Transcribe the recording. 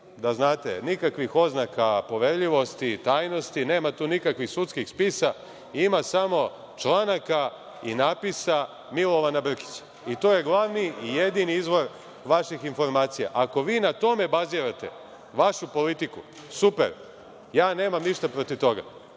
Nema ovde nikakvih oznaka poverljivosti i tajnosti, nema tu nikakvih sudskih spisa, ima samo članaka i napisa Milovana Brkića i to je glavni i jedini izvor vaših informacija. Ako vi na tome bazirate vašu politiku, super, ja nemam ništa protiv toga,